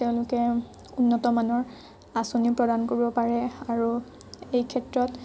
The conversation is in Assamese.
তেওঁলোকে উন্নতমানৰ আঁচনি প্ৰদান কৰিব পাৰে আৰু এই ক্ষেত্ৰত